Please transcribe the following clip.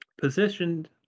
positioned